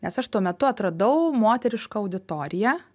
nes aš tuo metu atradau moterišką auditoriją